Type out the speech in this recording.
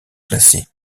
classée